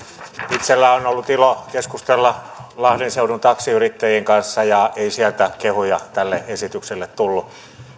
itsellä on ollut ilo keskustella lahden seudun taksiyrittäjien kanssa ja ei sieltä kehuja tälle esitykselle ole tullut